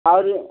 और